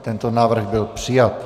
Tento návrh byl přijat.